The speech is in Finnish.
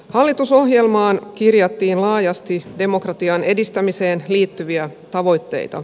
hallitusohjelmaan kirjattiin laajasti demokratian edistämiseen liittyviä tavoitteita